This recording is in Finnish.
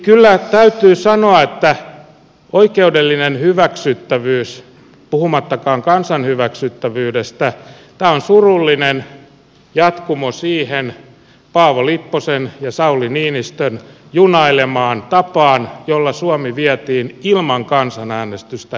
kyllä täytyy sanoa että oikeudellisen hyväksyttävyyden kannalta puhumattakaan kansan hyväksyttävyydestä tämä on surullinen jatkumo siihen paavo lipposen ja sauli niinistön junailemaan tapaan jolla suomi vietiin ilman kansanäänestystä eurovaluuttaan